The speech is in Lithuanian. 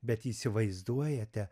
bet įsivaizduojate